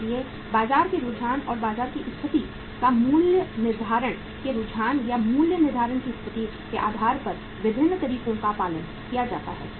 इसलिए बाजार के रुझान या बाजार की स्थिति या मूल्य निर्धारण के रुझान या मूल्य निर्धारण की स्थिति के आधार पर विभिन्न तरीकों का पालन किया जाता है